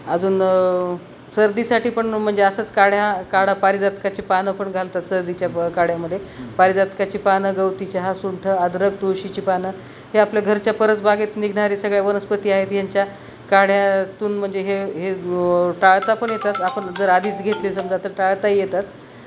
अजून सर्दीसाठी पण म्हणजे असंच काढ्या काढा पारिजातकाची पानं पण घालतात सर्दीच्या ब काड्यामध्ये पारिजातकाची पानं गवती चहा सुंठ अद्रक तुळशीची पानं हे आपल्या घरच्या परसबागेत निघणारे सगळ्या वनस्पती आहेत ह्यांच्या काढ्यातून म्हणजे हे हे टाळता पण येतात आपण जर आधीच घेतले समजा तर टाळताही येतात